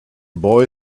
boy